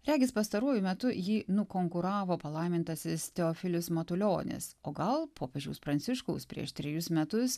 regis pastaruoju metu jį nukonkuravo palaimintasis teofilius matulionis o gal popiežiaus pranciškaus prieš trejus metus